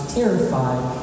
terrified